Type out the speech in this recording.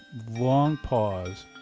long pause,